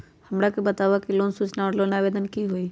हमरा के बताव कि लोन सूचना और लोन आवेदन की होई?